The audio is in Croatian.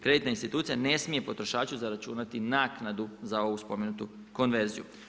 Kreditna institucija ne smije potrošaču zaračunati naknadu za ovu spomenutu konverziju.